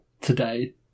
today